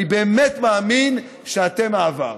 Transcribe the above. אני באמת מאמין שאתם העבר.